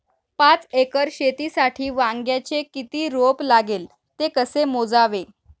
पाच एकर शेतीसाठी वांग्याचे किती रोप लागेल? ते कसे मोजावे?